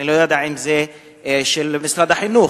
אני לא יודע אם זה של משרד החינוך,